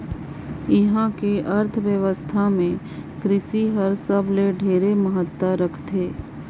इहां के अर्थबेवस्था मे कृसि हर सबले ढेरे महत्ता रखथे